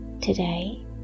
today